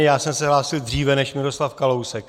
Já jsem se hlásil dříve než Miroslav Kalousek.